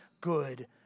good